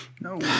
No